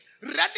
ready